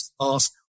ask